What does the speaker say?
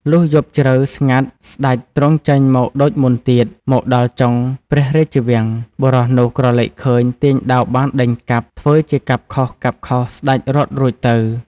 លុះយប់ជ្រៅស្ងាត់ស្តេចទ្រង់ចេញមកដូចមុនទៀត មកដល់ចុងព្រះរាជវាំង បុរសនោះក្រឡេកឃើញទាញដាវបានដេញកាប់ ធ្វើជាកាប់ខុសៗស្តេចរត់រួចទៅ ។